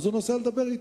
אז הוא נוסע לדבר אתם.